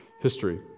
history